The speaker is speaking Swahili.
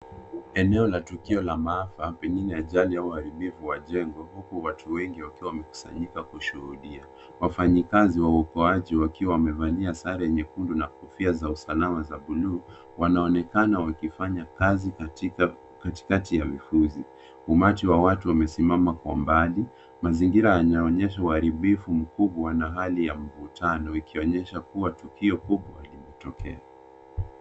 Eneo la tukio la maafa pengine ajali au uharibifu wa jengo huku watu wengi wakiwa wamekusanyika kushuhudia. Wafinyikazi wa uokoaji wakiwa wamevalia sare nyekundu na kofia za usalama za buluu wanaonekana wakifanya kaz katikati ya mifuzi. Umati wa watu umesiamama kwa mbali. Mazingira yanaonyesha uharibifu mkubwa na hali mvutano ikionyesha kuwa tukio kubwa limetokea.